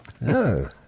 No